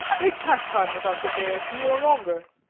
make pastime with us a day or two, or longer.